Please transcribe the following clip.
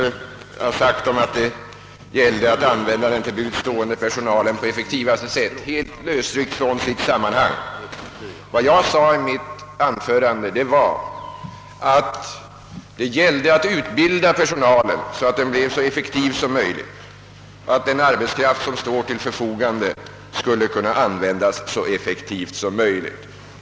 Herr talman! I likhet med herr Bergman skall jag inte spilla många ord på fru Heurlins något egendomliga anförande. Men det försåtliga citat fru Heurlin tog från mitt tidigare anförande vill jag inte skall stå oemotsagt i protokollet. Fru Heurlin ville göra gällande att jag sagt att det gällde att använda den till buds stående personalen på effektivaste sätt. Citatet var helt lösryckt ur sitt sammanhang. Jag sade att det gällde att utbilda personalen, så att den blev så effektiv som möjligt och att den arbetskraft som står till förfogande skall kunna användas så effektivt som möjligt.